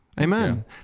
Amen